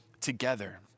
together